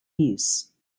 use